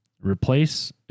replace